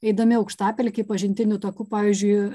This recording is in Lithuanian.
eidami aukštapelkėj pažintiniu taku pavyzdžiui